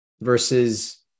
versus